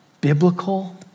biblical